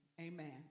Amen